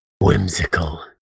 whimsical